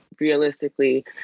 realistically